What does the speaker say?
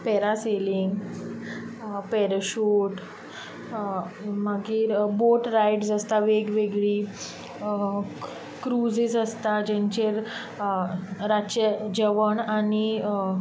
para selling parachute मागीर boat rides आसतात वेगवेगळी क्रुझीस आसता जेंचेर रातचें जेवण आनी